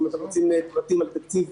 אם אתם רוצים פרטים על התקציב,